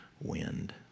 wind